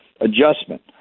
adjustment